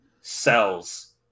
sells